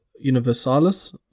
Universalis